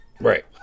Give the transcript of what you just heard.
Right